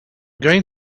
going